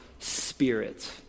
spirit